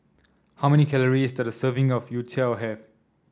how many calories does a serving of Youtiao have